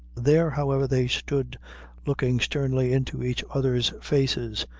there, however, they stood looking sternly into each others' faces,